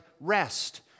rest